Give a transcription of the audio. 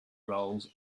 roles